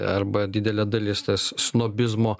arba didelė dalis ta snobizmo